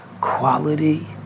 quality